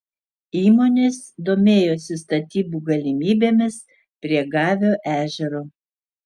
įmonės domėjosi statybų galimybėmis prie gavio ežero